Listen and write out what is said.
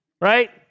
Right